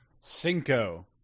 Cinco